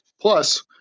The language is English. Plus